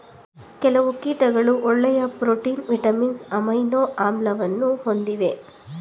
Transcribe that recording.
ಕೆಲವು ಕೀಟಗಳು ಒಳ್ಳೆಯ ಪ್ರೋಟೀನ್, ವಿಟಮಿನ್ಸ್, ಅಮೈನೊ ಆಮ್ಲವನ್ನು ಹೊಂದಿವೆ